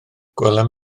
gwelem